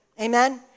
Amen